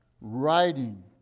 writing